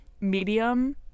medium